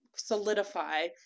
solidify